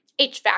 HVAC